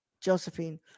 Josephine